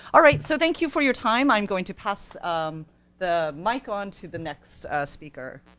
all right, so thank you for your time, i'm going to pass um the mic on to the next speaker.